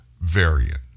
variant